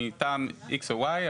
מטעם X או Y,